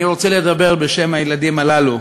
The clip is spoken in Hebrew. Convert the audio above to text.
אני רוצה לדבר בשם הילדים הללו.